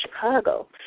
Chicago